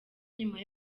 nyuma